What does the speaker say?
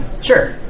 Sure